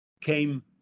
came